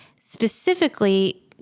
specifically